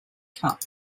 cup